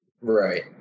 right